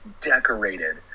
decorated